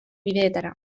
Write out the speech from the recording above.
bideetara